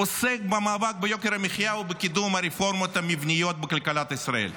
עוסק במאבק ביוקר המחיה ובקידום הרפורמות המבניות בכלכלת ישראל,